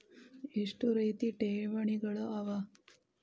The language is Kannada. ಎಷ್ಟ ರೇತಿ ಠೇವಣಿಗಳ ಅವ?